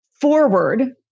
forward